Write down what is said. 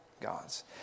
Gods